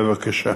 בבקשה.